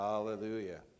Hallelujah